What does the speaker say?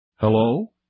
hello